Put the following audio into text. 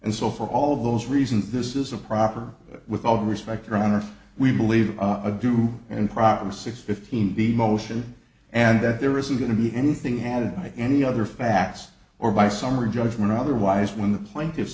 and so for all of those reasons this is a proper with all due respect your honor we believe a do and promises fifteen the motion and that there isn't going to be anything added by any other facts or by summary judgment otherwise when the plaintiffs